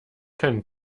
keinen